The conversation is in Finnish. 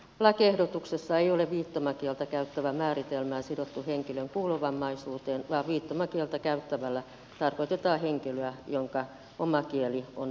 lakiehdotuksessa ei ole viittomakieltä käyttävän määritelmää sidottu henkilön kuulovammaisuuteen vaan viittomakieltä käyttävällä tarkoitetaan henkilöä jonka oma kieli on viittomakieli